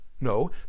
No